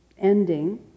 ending